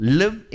live